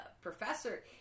professor